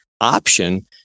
option